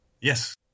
Yes